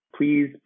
Please